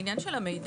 העניין של המידע,